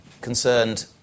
concerned